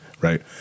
right